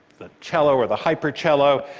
the cello or the hypercello.